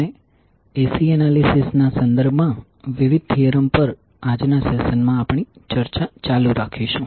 આપણે AC analysis ના સંદર્ભમાં વિવિધ થીયરમ પર આજના સેશન માં આપણી ચર્ચા ચાલુ રાખીશું